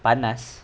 panas